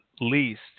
least